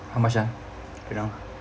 how much ah around